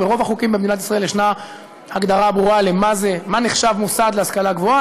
ברוב החוקים במדינת ישראל יש הגדרה ברורה של מה נחשב מוסד להשכלה גבוהה.